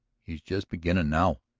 he just beginnin' now.